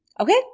Okay